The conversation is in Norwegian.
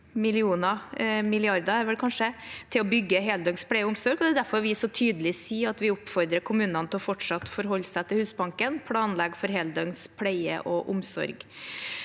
til å bygge heldøgns pleie og omsorg, og det er derfor vi så tydelig sier at vi oppfordrer kommunene til fortsatt å forholde seg til Husbanken og planlegge for heldøgns pleie og omsorg.